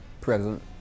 present